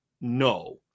No